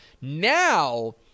Now